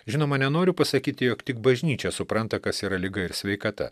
žinoma nenoriu pasakyti jog tik bažnyčia supranta kas yra liga ir sveikata